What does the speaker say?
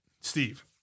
Steve